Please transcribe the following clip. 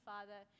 Father